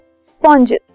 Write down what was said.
sponges